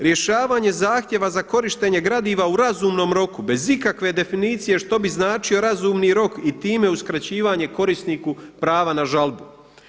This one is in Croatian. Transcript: Rješavanje zahtjeva za korištenje gradiva u razumnom roku bez ikakve definicije što bi značio razumni rok i time uskraćivanje korisniku prava na žalbu.